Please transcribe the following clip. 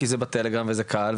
כי זה בטלגרם וזה קל,